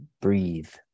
breathe